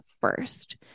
first